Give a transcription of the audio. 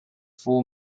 full